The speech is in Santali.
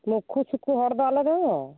ᱢᱩᱠᱷᱩ ᱥᱩᱠᱷᱩ ᱦᱚᱲ ᱫᱚ ᱟᱞᱮ ᱫᱚ